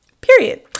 period